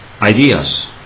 ideas